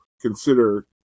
consider